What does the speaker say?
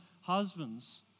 Husbands